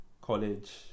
college